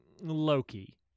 Loki